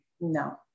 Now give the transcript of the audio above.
No